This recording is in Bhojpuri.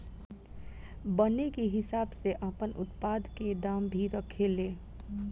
बने के हिसाब से आपन उत्पाद के दाम भी रखे ले